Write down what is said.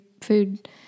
food